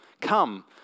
Come